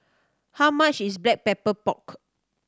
how much is Black Pepper Pork